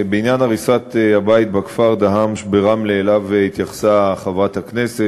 בעניין הריסת הבית בכפר דהמש ברמלה שאליו התייחסה חברת הכנסת,